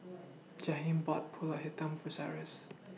Jaheim bought Pulut Hitam For Cyrus